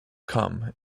come